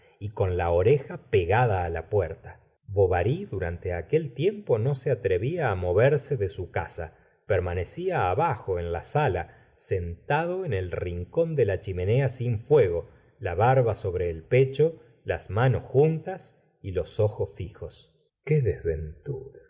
y con la oreja pegada á la puerta bovary durante aquel tiempo no se atrevía á moverse de su casa permanecía abajo en la sala sentada en el rincón de la chimenea sin fuego la barba sobre el pecho las manos juntas y los ojos fijos c qué desventura qué